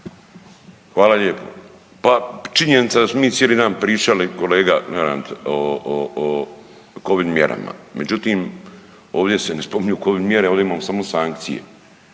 Hvala lijepo. Pa činjenica je da smo mi cijeli dan pričali kolega Lenart o Covid mjerama, međutim ovdje se ne spominju Covid mjere ovdje imamo samo sankcije